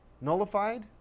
nullified